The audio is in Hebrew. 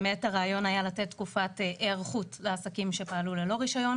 באמת הרעיון היה לתת תקופת היערכות לעסקים שפעלו ללא רישיון.